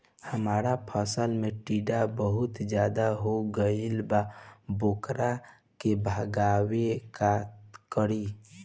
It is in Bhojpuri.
हमरा फसल में टिड्डा बहुत ज्यादा हो गइल बा वोकरा के भागावेला का करी?